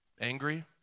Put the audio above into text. Angry